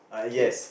K